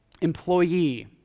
employee